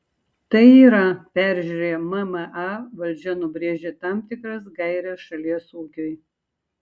tai yra peržiūrėję mma valdžia nubrėžia tam tikras gaires šalies ūkiui